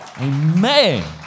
Amen